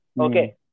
Okay